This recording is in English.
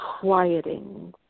quieting